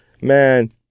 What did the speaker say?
Man